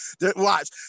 Watch